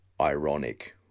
ironic